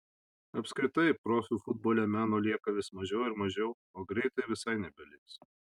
apskritai profių futbole meno lieka vis mažiau ir mažiau o greitai visai nebeliks